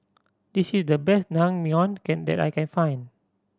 this is the best Naengmyeon can that I can find